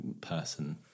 person